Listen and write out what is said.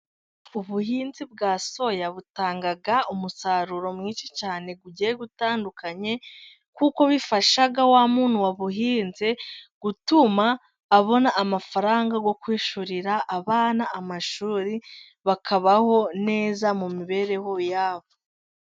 Ubuhinzi bwa soya butanga umusaruro mwinshi cyane ugiye utandukanye, kuko bifasha wa muntu wabuhinze gutuma abona amafaranga, yo kwishyurira abana amashuri bakabaho neza mu mibereho yabo.